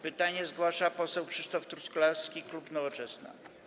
Pytanie zgłasza poseł Krzysztof Truskolaski, klub Nowoczesna.